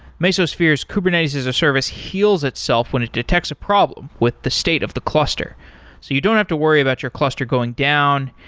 mesosphere's kubernetes as a service heals itself when it detects a problem with the state of the cluster, so you don't have to worry about your cluster going down.